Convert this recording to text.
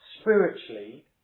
spiritually